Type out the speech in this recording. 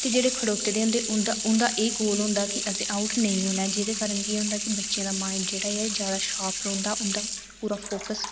ते जेह्ड़े खड़ोले दे होंदे ते उंदा एह् गोल होंदा कि आऊट नेईं होना ते जेह्दे कारण केह् होंदा की बच्चें दा माइंड जेह्ड़ा कि पूरा शॉर्प रौंहदा उंदा अपना फोक्स